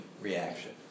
reaction